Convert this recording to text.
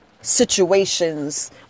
situations